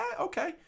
okay